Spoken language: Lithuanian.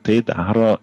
tai daro